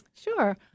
Sure